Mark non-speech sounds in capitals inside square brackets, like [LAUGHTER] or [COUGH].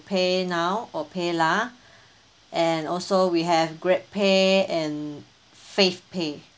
PayNow or PayLah [BREATH] and also we have GrabPay and FavePay